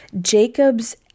Jacob's